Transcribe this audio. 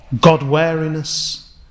God-wariness